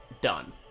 done